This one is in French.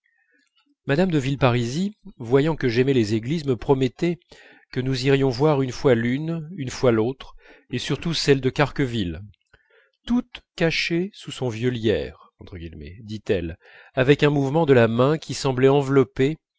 mme de villeparisis voyant que j'aimais les églises me promettait que nous irions voir une fois l'une une fois l'autre et surtout celle de carqueville toute cachée sous son vieux lierre dit-elle avec un mouvement de la main qui semblait envelopper